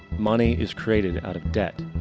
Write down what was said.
money is created out of debt.